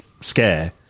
scare